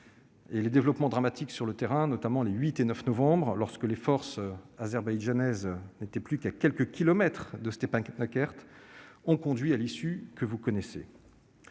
Les développements dramatiques sur le terrain, notamment les 8 et 9 novembre, lorsque les forces azerbaïdjanaises n'étaient plus qu'à quelques kilomètres de Stepanakert, ont conduit à l'issue que vous connaissez.